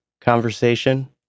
conversation